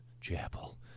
chapel